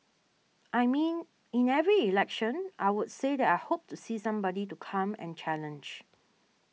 I mean in every election I'll say that I hope to see somebody to come and challenge